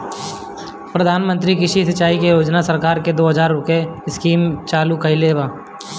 प्रधानमंत्री कृषि सिंचाई योजना के सरकार दो हज़ार इक्कीस में चालु कईले बा